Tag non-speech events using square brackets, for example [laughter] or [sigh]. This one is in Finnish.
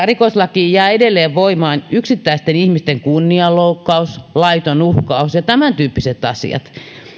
[unintelligible] rikoslakiin jää edelleen voimaan yksittäisten ihmisten kunnianloukkaus laiton uhkaus ja tämäntyyppiset asiat